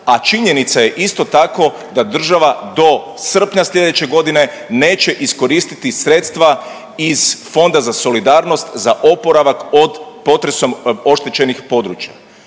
a činjenica je isto tako da država do srpnja sljedeće godine neće iskoristiti sredstva iz Fonda za solidarnost za oporavak od potresom oštećenih područja.